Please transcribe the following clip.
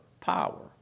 power